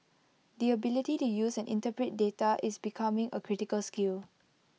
the ability to use and interpret data is becoming A critical skill